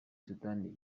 sudani